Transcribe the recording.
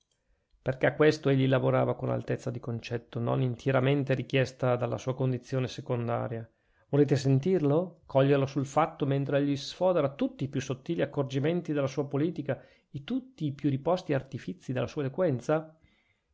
perchè a questo egli lavorava con altezza di concetto non intieramente richiesta dalla sua condizione secondaria volete sentirlo coglierlo sul fatto mentre egli sfodera tutti i più sottili accorgimenti della sua politica e tutti i più riposti artifizi della sua eloquenza